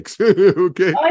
Okay